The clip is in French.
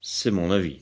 c'est mon avis